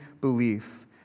belief